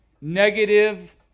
negative